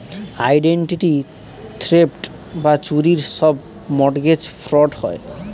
identity theft বা চুরির সব মর্টগেজ ফ্রড হয়